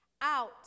out